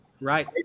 Right